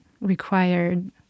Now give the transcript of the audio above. required